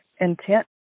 intent